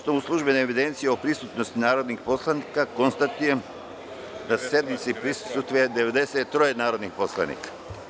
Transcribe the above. Na osnovu službene evidencije o prisutnosti narodnih poslanika, konstatujem da sednici prisustvuju 93 narodna poslanika.